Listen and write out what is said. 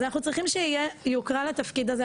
אז אנחנו צריכים שיהיה יוקרה לתפקיד הזה,